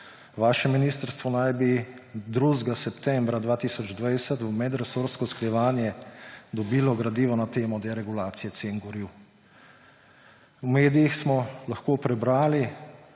Vaše ministrstvo naj bi 2. septembra 2020 v medresorsko usklajevanje dobilo gradivo na temo deregulacije cen goriv. V medijih smo lahko prebrali,